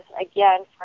again